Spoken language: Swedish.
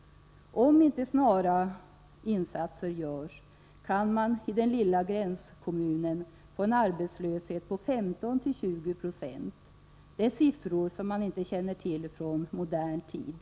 Om inte snara insatser görs kan man i den lilla gränskommunen få en arbetslöshet på 15-20 96. Det är siffror som man inte känner till från modern tid.